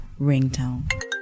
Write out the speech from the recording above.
ringtone